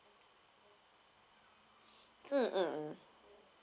mm mm mm